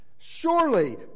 Surely